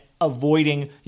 avoiding